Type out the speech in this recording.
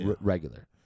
regular